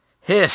Hiss